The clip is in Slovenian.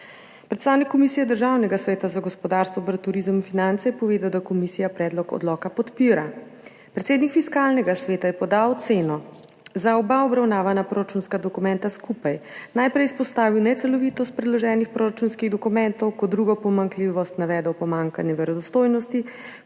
Predstavnik Komisije Državnega sveta za gospodarstvo, obrt, turizem in finance je povedal, da komisija predlog odloka podpira. Predsednik Fiskalnega sveta je podal oceno za oba obravnavana proračunska dokumenta skupaj. Najprej je izpostavil necelovitost predloženih proračunskih dokumentov, kot drugo pomanjkljivost navedel pomanjkanje verodostojnosti.